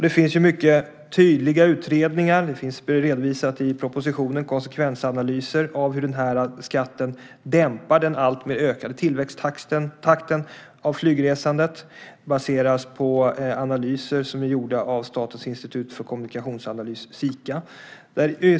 Det finns mycket tydliga utredningar, och i propositionen redovisas konsekvensanalyser av hur den här skatten dämpar den alltmer ökade tillväxttakten av flygresandet baserat på analyser som är gjorda av Statens institut för kommunikationsanalys, SIKA.